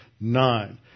nine